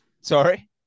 Sorry